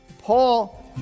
Paul